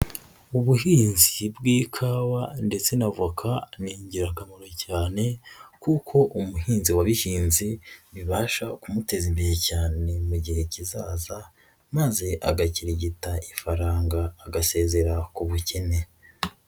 Ubuhinzi bw'ikawa ndetse n'avoka ni ingirakamaro cyane kuko umuhinzi wabihinze bibasha kumuteza imbere cyane mu gihe kizaza maze agakirigita ifaranga agasezera ku bukene.